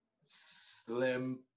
Slim